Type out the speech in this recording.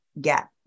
get